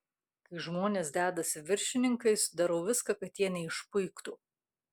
kai žmonės dedasi viršininkais darau viską kad jie neišpuiktų